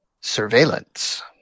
surveillance